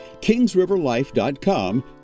kingsriverlife.com